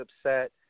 upset